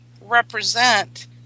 represent